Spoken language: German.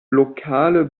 lokale